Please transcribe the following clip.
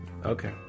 Okay